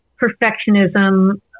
perfectionism